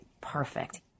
perfect